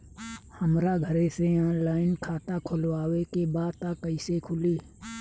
हमरा घरे से ऑनलाइन खाता खोलवावे के बा त कइसे खुली?